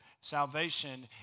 salvation